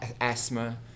asthma